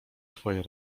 twoje